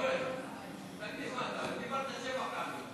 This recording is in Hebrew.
אורן, תגיד, מה, אתה דיברת שבע פעמים.